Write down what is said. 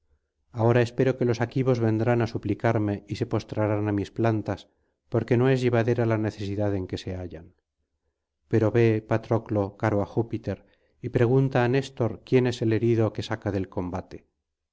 ahora espero que los aquivos vendrán á suplicarme y se postrarán á mis plantas porque no es llevadera la necesidad en que se hallan pero ve patroclo caro á júpiter y pregunta á néstor quién es el herido que saca del combate